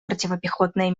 противопехотные